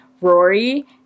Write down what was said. Rory